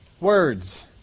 words